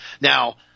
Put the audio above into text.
Now